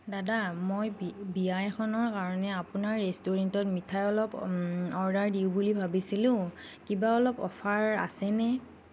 দাদা মই বি বিয়া এখনৰ কাৰণে আপোনাৰ ৰেষ্টুৰেণ্টত মিঠাই অলপ অৰ্ডাৰ দিওঁ বুলি ভাবিছিলোঁ কিবা অলপ অফাৰ আছেনে